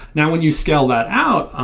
now when you scale that out,